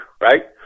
right